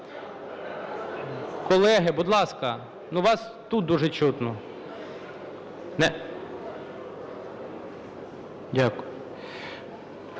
Колеги, будь ласка, ну, вас тут дуже чутно. Дякую.